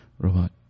Robot